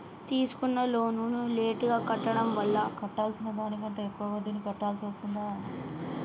తీసుకున్న లోనును లేటుగా కట్టడం వల్ల కట్టాల్సిన దానికంటే ఎక్కువ వడ్డీని కట్టాల్సి వస్తదా?